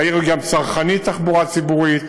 העיר גם צרכנית תחבורה ציבורית.